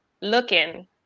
looking